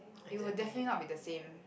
it will definitely not be the same